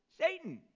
Satan